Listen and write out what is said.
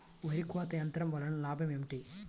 వరి కోత యంత్రం వలన లాభం ఏమిటి?